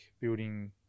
building